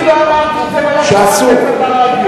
אני לא אמרתי את זה, ולא שמעת את זה ברדיו.